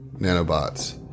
nanobots